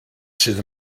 sydd